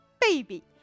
baby